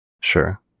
Sure